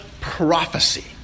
prophecy